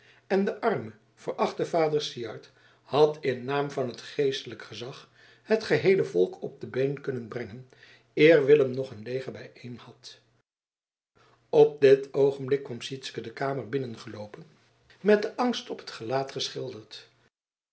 en de arme verachte vader syard had in naam van het geestelijk gezag het geheele volk op de been kunnen brengen eer willem nog een leger bijeen had op dit oogenblik kwam sytsken de kamer binnengeloopen met den angst op t gelaat geschilderd